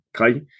Okay